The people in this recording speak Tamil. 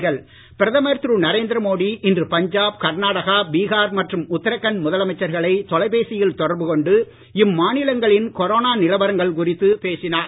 மோடி ஆய்வு பிரதமர் திரு நரேந்திர மோடி இன்று பஞ்சாப் கர்நாடகா பீகார் மற்றும் உத்தராகண்ட் முதலமைச்சர்களை தொலைபேசியில் தொடர்பு கொண்டு இம்மாநிலங்களின் கொரோனா நிலவரங்கள் குறித்து பேசினார்